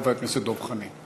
חבר הכנסת דב חנין.